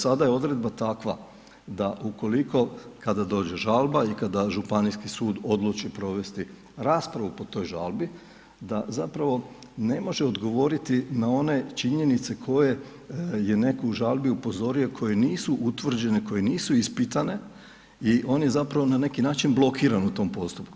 Sada je odredba takva, da ukoliko dođe žalba i kada županijski sud odluči provesti raspravu po toj žalbi, da zapravo, ne može odgovoriti na one činjenice, koje je je netko u žalbi upozorio, koje nisu utvrđene, koje nisu ispitane i on je zapravo na neki način blokiran u tom postupku.